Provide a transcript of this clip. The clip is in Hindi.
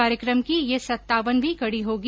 कार्यक्रम की यह सत्तावन वीं कड़ी होगी